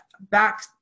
back